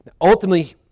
Ultimately